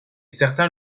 certains